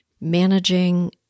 managing